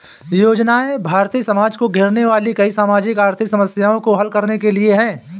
योजनाएं भारतीय समाज को घेरने वाली कई सामाजिक आर्थिक समस्याओं को हल करने के लिए है